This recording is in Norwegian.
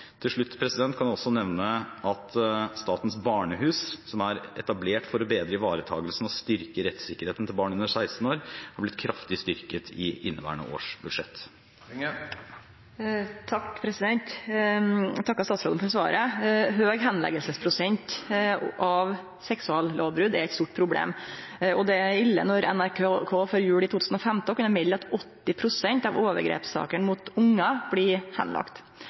Til slutt kan jeg også nevne at Statens barnehus, som er etablert for å bedre ivaretakelsen av og styrke rettssikkerheten til barn under 16 år, har blitt kraftig styrket i inneværende års budsjett. Eg takkar statsråden for svaret. Høg bortleggingsprosent når det gjeld seksuallovbrot, er eit stort problem. Og det er ille at NRK før jul i 2015 kunne melde at 80 pst. av overgrepssakene mot ungar blir